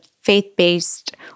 faith-based